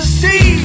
see